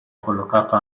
collocato